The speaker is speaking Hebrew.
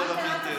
זה לא היה מופעל,